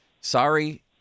Sorry